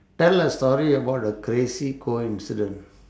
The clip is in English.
tell a story about a crazy coincident